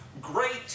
great